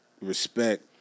respect